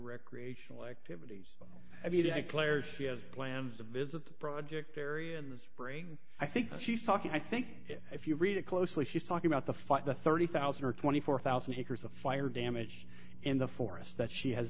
recreational activity every day and players have plans to visit the project area in the spring i think she's talking i think if you read it closely she's talking about the fight the thirty thousand or twenty four thousand acres of fire damage in the forest that she has